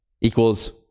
equals